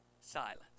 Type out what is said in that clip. silence